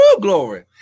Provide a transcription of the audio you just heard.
glory